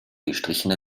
gestrichener